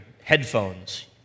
headphones